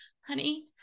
honey